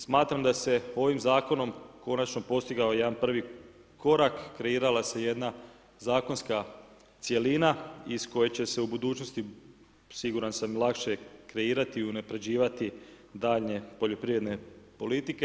Smatram da se ovim zakonom konačno postigao jedan prvi korak, kreirala se jedna zakonska cjelina iz koje će se u budućnosti siguran sam lakše kreirati i unapređivati daljnje poljoprivredne politike.